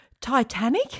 Titanic